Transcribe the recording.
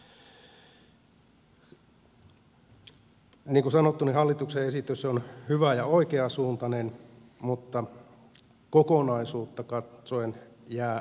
niin kuin sanottu hallituksen esitys on hyvä ja oikeansuuntainen mutta kokonaisuutta katsoen jää riittämättömäksi